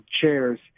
chairs